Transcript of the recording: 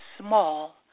small